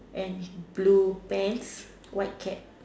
and blue pants white cap